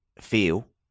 feel